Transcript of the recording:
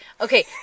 Okay